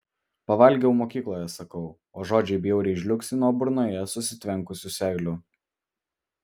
pavalgiau mokykloje sakau o žodžiai bjauriai žliugsi nuo burnoje susitvenkusių seilių